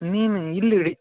ನೀನು ಇಲ್ಲಿ ಹಿಡಿ